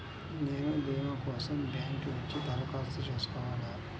నేను భీమా కోసం బ్యాంక్కి వచ్చి దరఖాస్తు చేసుకోవాలా?